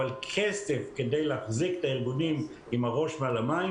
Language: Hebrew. אבל כסף כדי להחזיק את הארגונים עם הראש מעל המים,